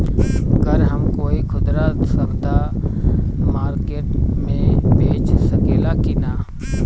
गर हम कोई खुदरा सवदा मारकेट मे बेच सखेला कि न?